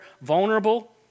vulnerable